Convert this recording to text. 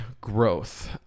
growth